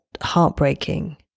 heartbreaking